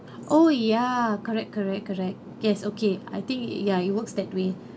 oh ya correct correct correct yes okay I think ya it works that way